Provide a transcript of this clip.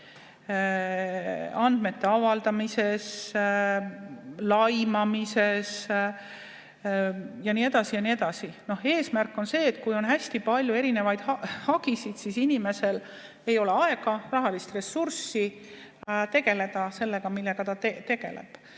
andmete avaldamises, laimamises jne. Eesmärk on see, et kui on hästi palju erinevaid hagisid, siis inimesel ei ole aega ega rahalist ressurssi tegeleda sellega, millega ta tegeleb.